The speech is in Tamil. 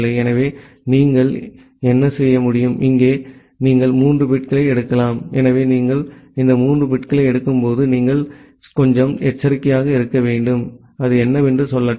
எனவே நீங்கள் என்ன செய்ய முடியும் இங்கே நீங்கள் மூன்று பிட்களை எடுக்கலாம் எனவே நீங்கள் இந்த 3 பிட்களை எடுக்கும்போது நீங்கள் கொஞ்சம் எச்சரிக்கையாக இருக்க வேண்டும் அது என்னவென்று சொல்லட்டும்